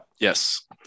Yes